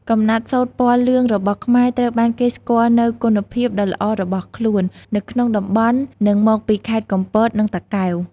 កំណាត់សូត្រពណ៌លឿងរបស់ខ្មែរ ត្រូវបានគេស្គាល់នូវគុណភាព ដ៏ល្អរបស់ខ្លួន នៅក្នុងតំបន់ និងមកពីខេត្តកំពត និងតាកែវ។